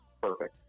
Perfect